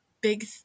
big